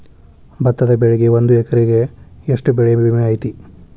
ಭತ್ತದ ಬೆಳಿಗೆ ಒಂದು ಎಕರೆಗೆ ಎಷ್ಟ ಬೆಳೆ ವಿಮೆ ಐತಿ?